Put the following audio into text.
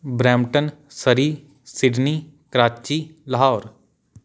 Brampton Surrey Sydney Karachi Lahore